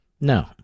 No